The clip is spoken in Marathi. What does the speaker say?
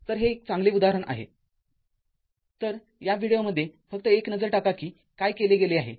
तरहे एक चांगले उदाहरण आहे तर या व्हिडिओमध्ये फक्त एक नजर टाका कि काय केले गेले आहे